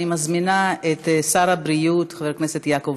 אני מזמינה את שר הבריאות חבר הכנסת יעקב